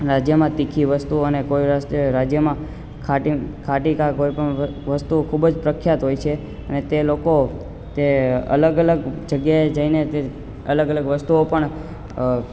જેમાં તીખી વસ્તુઓ અને કોઈ રાજ્યમાં ખાટી ખાટી કા કોઈપણ વસ્તુઓ ખૂબ જ પ્રખ્યાત હોય છે અને તે લોકો તે અલગ અલગ જગ્યાએ જઈને તે અલગ અલગ વસ્તુઓ પણ